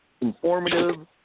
Informative